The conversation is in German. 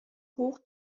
hoch